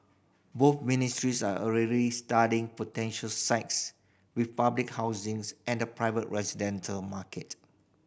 both ministries are already studying potential sites with public housings and the private residential market